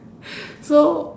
so